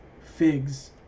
figs